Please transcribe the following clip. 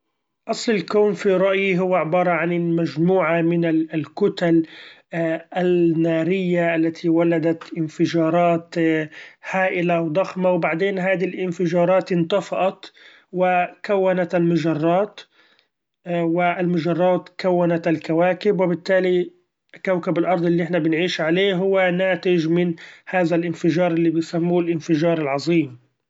أصل الكون في رأيي هو عبارة عن المچموعة من ال-الكتل النارية التي ولدت إنفچارات هائلة وضخمة ، و بعدين هادي الإنفجارات إنطفئت وكونت المچرات و المچرات كونت الكواكب، وبالتالي كوكب الارض اللي احنا بنعيش عليه هو ناتچ من هذا الإنفچار اللي بيسموه الإنفچار العظيم!